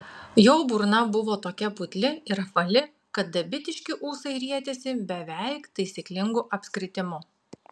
jo burna buvo tokia putli ir apvali kad dabitiški ūsai rietėsi beveik taisyklingu apskritimu